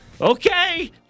Okay